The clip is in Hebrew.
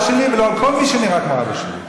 שלי ולא על כל מי שנראה כמו אבא שלי.